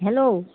hello